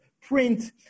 print